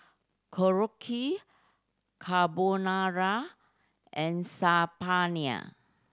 Korokke Carbonara and Saag Paneer